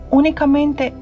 únicamente